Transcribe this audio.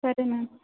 సరే మేము